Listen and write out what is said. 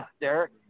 Derek